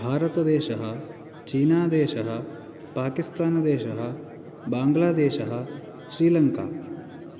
भारतदेशः चीनादेशः पाकिस्तानदेशः बाङ्लादेशः श्रीलङ्का